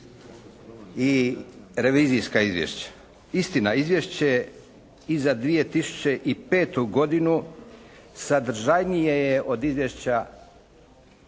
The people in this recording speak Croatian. i revizijska izvješća. Istina izvješće i za 2005. godinu sadržajnije je od izvješća